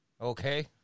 Okay